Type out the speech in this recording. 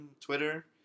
Twitter